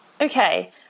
okay